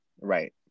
Right